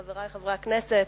חברי חברי הכנסת,